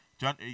John